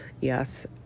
yes